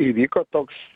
įvyko toks